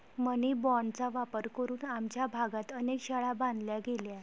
मनी बाँडचा वापर करून आमच्या भागात अनेक शाळा बांधल्या गेल्या